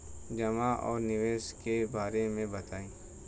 जमा और निवेश के बारे मे बतायी?